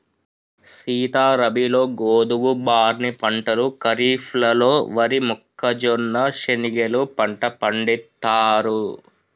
సీత రబీలో గోధువు, బార్నీ పంటలు ఖరిఫ్లలో వరి, మొక్కజొన్న, శనిగెలు పంట పండిత్తారు